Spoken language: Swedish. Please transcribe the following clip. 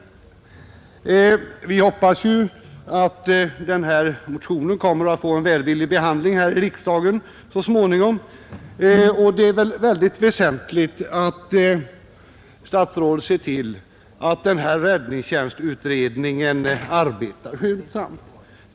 Vi hoppas att motionen kommer att få en välvillig behandling här i riksdagen. Och det är mycket väsentligt att statsrådet ser till att räddningstjänstutredningen arbetar skyndsamt.